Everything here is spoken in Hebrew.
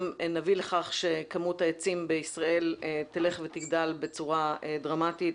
נביא לכך שכמות העצים בישראל תלך ותגדל בצורה דרמטית